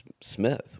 Smith